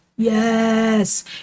Yes